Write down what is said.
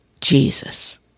Jesus